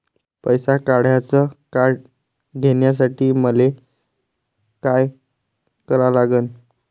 पैसा काढ्याचं कार्ड घेण्यासाठी मले काय करा लागन?